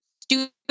stupid